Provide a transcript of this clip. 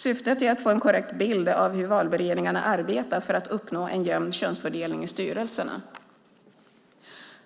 Syftet är att få en korrekt bild av hur valberedningarna arbetar för att uppnå en jämn könsfördelning i styrelserna.